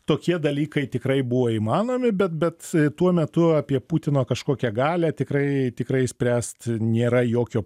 tokie dalykai tikrai buvo įmanomi bet bet tuo metu apie putino kažkokią galią tikrai tikrai spręst nėra jokio